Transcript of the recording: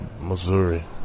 Missouri